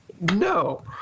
No